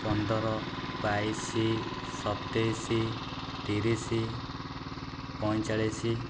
ପନ୍ଦର ବାଇଶ ସତେଇଶ ତିରିଶ ପଇଁଚାଳିଶ